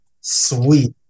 Sweet